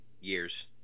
years